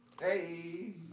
Hey